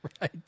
Right